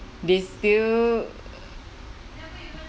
they still